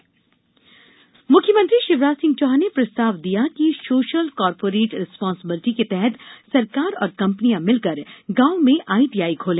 cement plant मुख्यमंत्री शिवराज सिंह चौहान ने प्रस्ताव दिया है कि सोशल कार्पोरेट रिस्पांसेबिलिटी के तहत सरकार और कंपनियां मिलकर गाँव में आईटीआई खोले